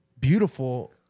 beautiful